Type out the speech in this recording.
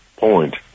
Point